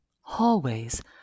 hallways